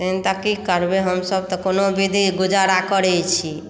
तहन तऽ की करबै हमसभ कोनो विधि गुजारा करै छी